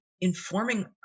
informing